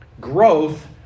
Growth